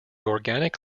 organic